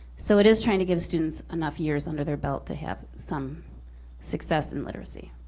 so it is trying to give students enough years under their belt to have some success in literacy.